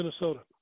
Minnesota